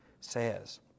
says